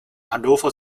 hannover